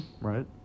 right